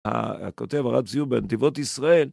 הכותב הרב זיהו בנתיבות ישראל